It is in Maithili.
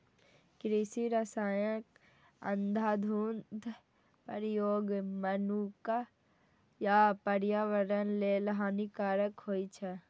कृषि रसायनक अंधाधुंध प्रयोग मनुक्ख आ पर्यावरण लेल हानिकारक होइ छै